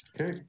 Okay